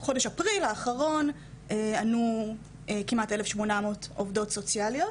אפריל האחרון ועליו ענו כמעט 1,800 עובדות סוציאליות